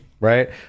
Right